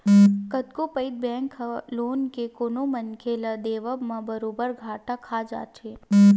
कतको पइत बेंक ह लोन के कोनो मनखे ल देवब म बरोबर घाटा खा जाथे